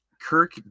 Kirk